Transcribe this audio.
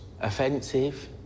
Offensive